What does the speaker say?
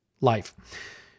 life